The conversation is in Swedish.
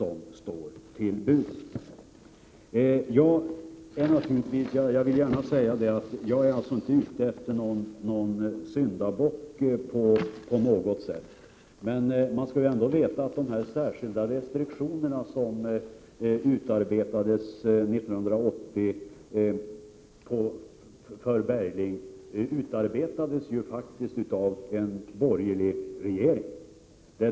Fm Jag är inte ute efter att hitta en syndabock, men man skall ändå veta att de särskilda restriktionerna för Bergling utarbetades 1980 av en borgerlig regering.